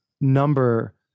number